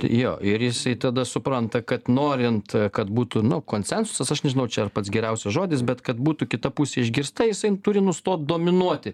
jo ir jisai tada supranta kad norint kad būtų nu konsensusas aš nežinau ar čia ar pats geriausias žodis bet kad būtų kita pusė išgirsta jisai turi nustot dominuoti